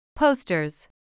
Posters